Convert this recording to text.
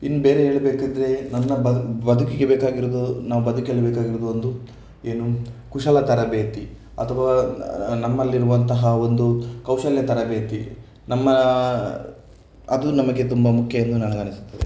ಇನ್ನು ಬೇರೆ ಹೇಳಬೇಕಿದ್ದರೆ ನನ್ನ ಬದು ಬದುಕಿಗೆ ಬೇಕಾಗಿರುವುದು ನಾವು ಬದುಕಲು ಬೇಕಾಗಿರುವುದು ಒಂದು ಏನು ಕುಶಲ ತರಬೇತಿ ಅಥವಾ ನಮ್ಮಲ್ಲಿರುವಂತಹ ಒಂದು ಕೌಶಲ್ಯ ತರಬೇತಿ ನಮ್ಮ ಅದು ನಮಗೆ ತುಂಬ ಮುಖ್ಯ ಎಂದು ನನಗನ್ನಿಸುತ್ತದೆ